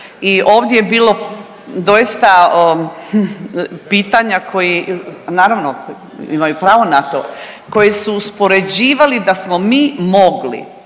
i ovdje je bilo doista pitanja koji, naravno imaju pravo na to, koji su uspoređivali da smo mi mogli